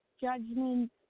judgment